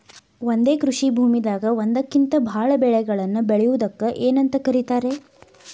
ಒಂದೇ ಕೃಷಿ ಭೂಮಿದಾಗ ಒಂದಕ್ಕಿಂತ ಭಾಳ ಬೆಳೆಗಳನ್ನ ಬೆಳೆಯುವುದಕ್ಕ ಏನಂತ ಕರಿತಾರೇ?